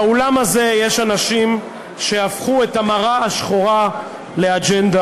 באולם הזה יש אנשים שהפכו את המראה השחורה לאג'נדה,